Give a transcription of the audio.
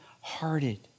hearted